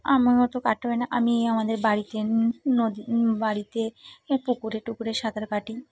আমার অতো কাটতে পারি না আমি আমাদের বাড়িতে নদী বাড়িতে পুকুরে টুকুরে সাঁতার কাটি